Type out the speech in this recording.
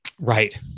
Right